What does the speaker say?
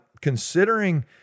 considering